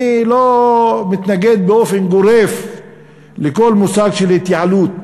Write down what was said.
אני לא מתנגד באופן גורף לכל מוסד של התייעלות.